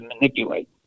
manipulate